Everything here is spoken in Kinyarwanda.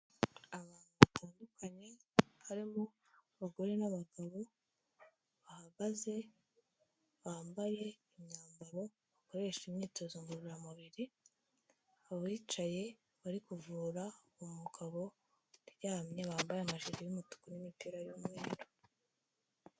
Abantu batandukanye harimo abagore n'abagabo bahagaze bambaye imyambaro bakoresha imyitozo ngororamubiri, uwicaye uri kuvura umugabo uryamye bambaye amajire y'umutuku n'imipira y'umweru.